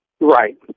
Right